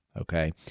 Okay